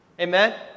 Amen